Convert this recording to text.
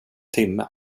timme